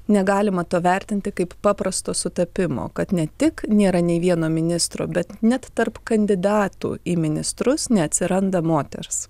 negalima to vertinti kaip paprasto sutapimo kad ne tik nėra nei vieno ministro bet net tarp kandidatų į ministrus neatsiranda moters